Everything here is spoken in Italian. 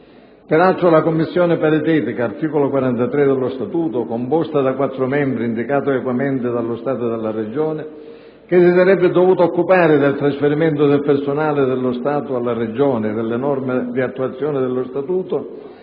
Peraltro, la Commissione paritetica (secondo l'articolo 43 dello Statuto composta da quattro membri, indicati equamente dallo Stato e dalla Regione), che si sarebbe dovuta occupare del trasferimento del personale dallo Stato alla Regione e delle norme di attuazione dello Statuto,